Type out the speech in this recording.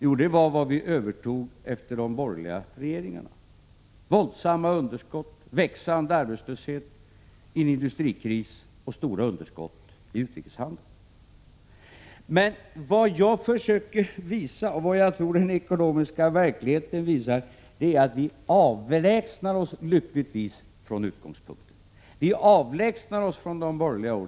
Jo, vad vi övertog efter de borgerliga regeringarna: våldsamma underskott, växande arbetslöshet, industrikris och stora underskott i utrikeshandeln. Vad jag försöker visa och vad jag tror att den ekonomiska verkligheten visar är att vi lyckligtvis avlägsnar oss från utgångspunkten, från de borgerliga åren.